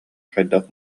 хайдах